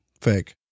fake